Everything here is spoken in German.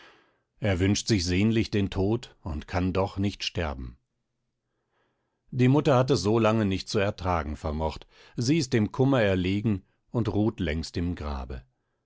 er wünscht sich sehnlich den tod und kann doch nicht sterben die mutter hat es so lange nicht zu ertragen vermocht sie ist dem kummer erlegen und ruht längst im grabe